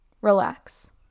relax